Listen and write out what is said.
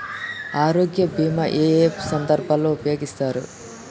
ఆరోగ్య బీమా ఏ ఏ సందర్భంలో ఉపయోగిస్తారు?